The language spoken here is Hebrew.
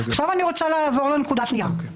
אני רוצה לעבור לנקודה השנייה.